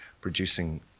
producing